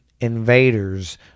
invaders